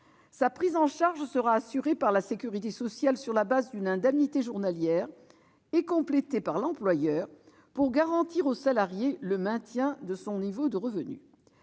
Sa prise en charge sera assurée par la sécurité sociale sur la base d'une indemnité journalière et complétée par l'employeur, pour garantir au salarié le maintien de son niveau de revenu.